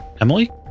Emily